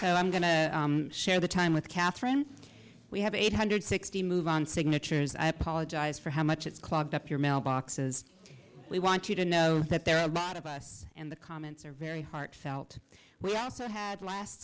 and i'm going to share the time with katherine we have eight hundred sixty move on signatures i apologize for how much it's clogged up your mailboxes we want you to know that there are a lot of us and the comments are very heartfelt we also had last